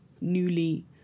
newly